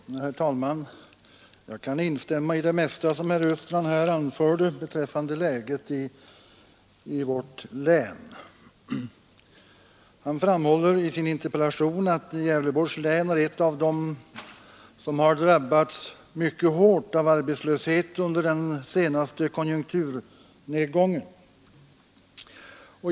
Herr talman! Jag kan instämma i det mesta som herr Östrand anfört beträffande läget i vårt län. Han framhåller i sin interpellation att Gävleborgs län är ett av de län som har drabbats mycket hårt av arbetslösheten under den senaste konjunkturnedgången.